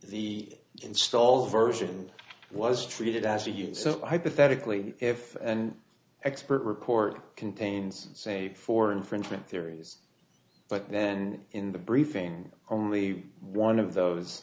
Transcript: the installed version was treated as a unit so hypothetically if and expert report contains say four infringement theories but then in the briefing only one of those